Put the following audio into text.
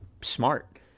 Smart